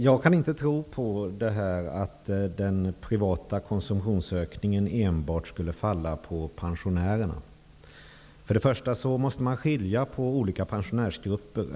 Herr talman! Jag kan inte tro att den privata konsumtionsökningen enbart skulle falla på pensionärerna. Till att börja med måste man skilja på olika pensionärsgrupper.